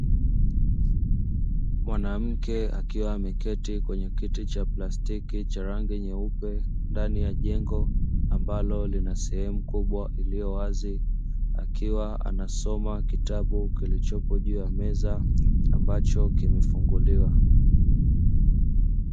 Mwanamke akiwa ameketi kwenye kiti cha plastiki cha rangi nyeupe, ndani ya jengo ambalo lina sehemu kubwa iliyowazi, akiwa anasoma kitabu kilichopo juu ya meza ambacho kimefunguliwa.